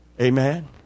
Amen